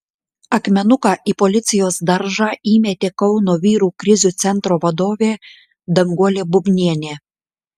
akmenuką į policijos daržą įmetė kauno vyrų krizių centro vadovė danguolė bubnienė